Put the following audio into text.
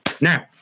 Now